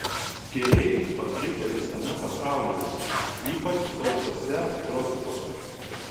skėriai paplitę visame pasaulyje ypač sausuose tropikuose